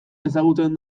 ezagutzen